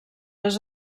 les